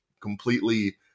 completely